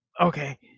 Okay